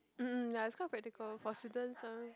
mm mm ya it's quite practical for students ah